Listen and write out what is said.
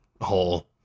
whole